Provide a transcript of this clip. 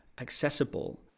accessible